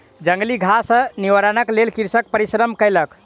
जंगली घास सॅ निवारणक लेल कृषक परिश्रम केलक